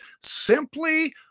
simply